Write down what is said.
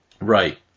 Right